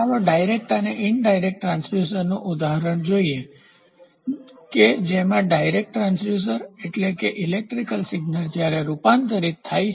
ચાલો ડાયરેક્ટ અને ઇનડાયરેક્ટઆડકતરી ટ્રાન્સડ્યુસરનું ઉદાહરણ જોઈએ કે જેમાં ડાયરેક્ટ ટ્રાન્સડ્યુસર એટલે કે ઇલેક્ટ્રિકલ સિગ્નલ જ્યારે રૂપાંતરિત થાય છે